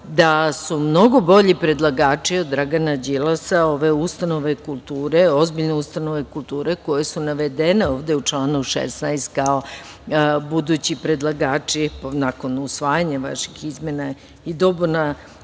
da su mnogo bolji predlagači od Dragana Đilasa, ove ustanove kulture, ozbiljne ustanove kulture koje su navedene ovde u članu 16. kao budući predlagači nakon usvajanja vaših izmena i dopuna